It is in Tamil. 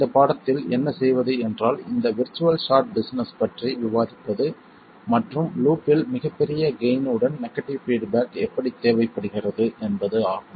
இந்த பாடத்தில் என்ன செய்வது என்றால் இந்த விர்ச்சுவல் ஷார்ட் பிஸினஸ் பற்றி விவாதிப்பது மற்றும் லூப்பில் மிகப் பெரிய கெய்ன் உடன் நெகடிவ் பீட்பேக் எப்படி தேவைப்படுகிறது என்பது ஆகும்